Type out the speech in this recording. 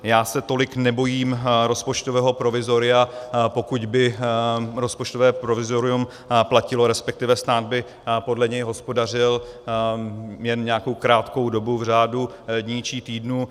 Já se tolik nebojím rozpočtového provizoria, pokud by rozpočtové provizorium platilo, resp. stát by podle něj hospodařil jen nějakou krátkou dobu, v řádu dní či týdnů.